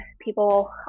People